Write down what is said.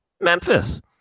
Memphis